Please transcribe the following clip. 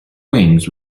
wings